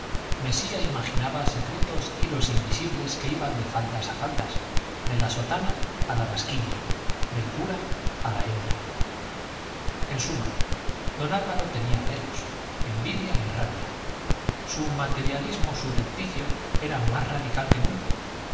mesía imaginaba secretos hilos invisibles que iban de faldas a faldas de la sotana a la basquiña del cura a la hembra en suma don álvaro tenía celos envidia y rabia su materialismo subrepticio era más radical que nunca